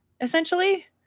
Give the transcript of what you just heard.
essentially